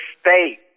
state